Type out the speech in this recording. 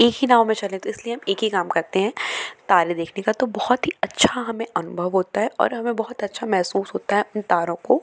एक ही नाव में चले तो इसलिए हम एक ही काम करते हैं तारे देखने का तो बहुत ही अच्छा हमें अनुभव होता है और हमें बहुत अच्छा महसूस होता है इन तारों को